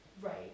Right